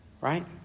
right